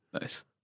Nice